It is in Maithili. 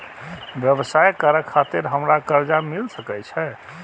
व्यवसाय करे खातिर हमरा कर्जा मिल सके छे?